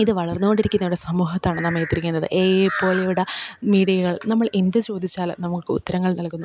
ഇതു വളർന്നു കൊണ്ടിരിക്കുന്ന ഒരു സമൂഹത്താണ് നാം എത്തിയിരിക്കുന്നത് എ ഐ പോലെയുള്ള മീഡിയകൾ നമ്മൾ എന്തു ചോദിച്ചാലും നമ്മൾക്ക് ഉത്തരങ്ങൾ നൽകുന്നു